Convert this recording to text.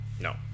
No